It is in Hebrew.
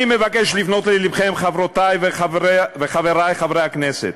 אני מבקש לפנות ללבכם, חברותי וחברי חברי הכנסת.